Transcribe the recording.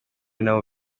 nabo